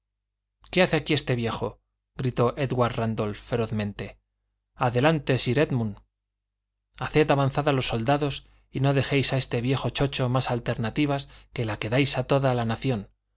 qué hace aquí este viejo gritó édward rándolph ferozmente adelante sir édmund haced avanzar a los soldados y no dejéis a este viejo chocho más alternativa que la que dais a toda la nación